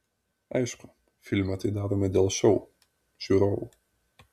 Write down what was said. aišku filme tai darome dėl šou žiūrovų